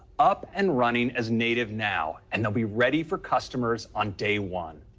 up and running as native now, and they'll be ready for customers on day one.